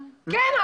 כן.